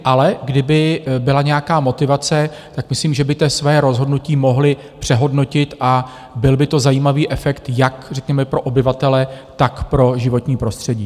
Ale kdyby byla nějaká motivace, tak myslím, že by to své rozhodnutí mohli přehodnotit, a byl by to zajímavý efekt jak řekněme pro obyvatele, tak pro životní prostředí.